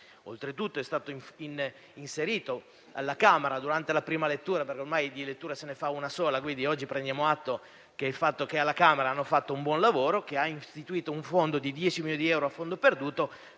Oltretutto, è stato inserito alla Camera durante la prima lettura - ormai di lettura se ne fa una sola quindi oggi prendiamo atto che alla Camera hanno fatto un buon lavoro - un fondo di 10 milioni di euro a fondo perduto